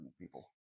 people